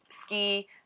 ski